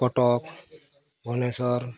Cuttack Bhubaneswar